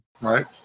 Right